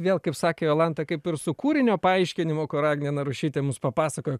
vėl kaip sakė jolanta kaip ir su kūrinio paaiškinimu kur agnė narušytė mus papasakojo